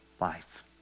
life